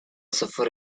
suffer